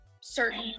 certain